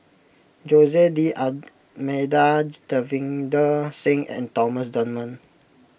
Jose D'Almeida Davinder Singh and Thomas Dunman